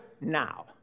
now